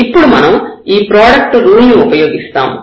ఇప్పుడు ఇక్కడ మనం ప్రోడక్ట్ రూల్ ని ఉపయోగిస్తాము